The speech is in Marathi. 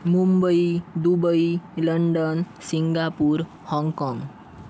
मुंबई दुबई लंडन सिंगापूर हाँगकाँग